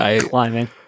climbing